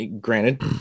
Granted